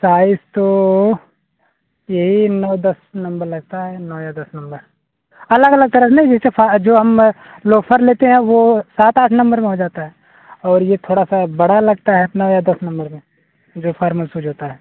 size तो यही नौ दस नंबर लगता है नौ या दस नंबर अलग अलग तरह के ना जैसे जो हम लोफर लेते हैं वो सात आठ नंबर में हो जाता है और ये थोड़ा सा बड़ा लगता है नौ या दस नंबर में जो फार्मल सूज होता है